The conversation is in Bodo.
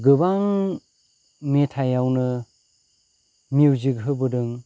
गोबां मेथायावनो मिउजिक होबोदों